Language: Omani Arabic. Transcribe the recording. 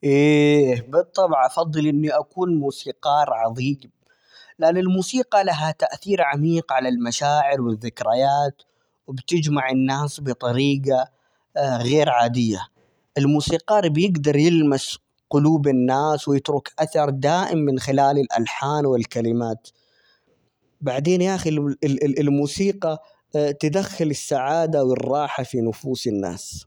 إيه بالطبع، أُفَضِّل إني أكون موسيقار عظيم؛ لأن الموسيقى لها تأثير عميق على المشاعر والذكريات، وبتجمع الناس بطريقة غير عادية، الموسيقار بيجدر يلمس قلوب الناس ويترك أثر دائم من خلال الألحان والكلمات، بعدين، يا أخي، الموسيقى تدخل السعادة والراحة في نفوس الناس.